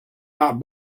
not